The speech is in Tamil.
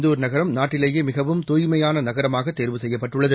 இந்தூர் நகரம் நாட்டிலேயே மிகவும் தூய்மையான நகரமாக தேர்வு செய்யப்பட்டுள்ளது